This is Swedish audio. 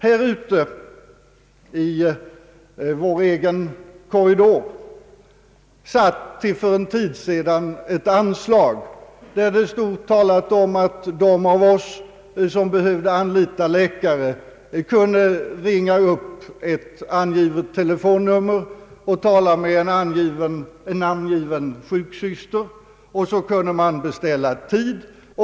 Här ute i vår egen korridor satt till för en tid sedan ett anslag om att de av oss som behövde anlita läkare kunde ringa upp ett angivet telefonnummer och tala med en namngiven sjuksyster för att beställa tid.